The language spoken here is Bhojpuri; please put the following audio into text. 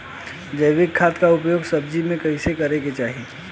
जैविक खाद क उपयोग सब्जी में कैसे करे के चाही?